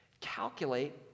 Calculate